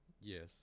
Yes